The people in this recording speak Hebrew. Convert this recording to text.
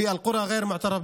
גם בכפרים הקבועים,